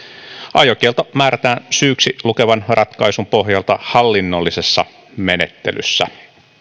ajokielto määrätään syyksi lukevan ratkaisun pohjalta hallinnollisessa menettelyssä